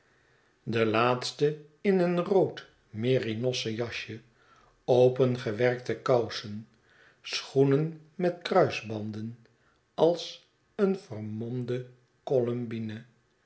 de laatste in een rood merinossen jasje opengewerkte kousen schoenen met kruisbanden als een vermomde